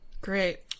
Great